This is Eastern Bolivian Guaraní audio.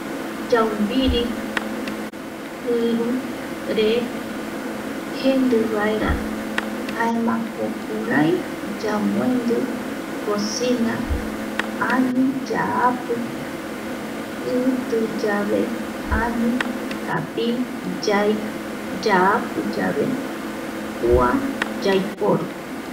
Yaumbiri, jiru re jendi vaera jaema jokurai yamboendi cocina, ani yaapi, iti yave ani kapi yave kua yaiporu.